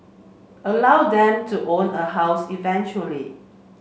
allow them to own a house eventually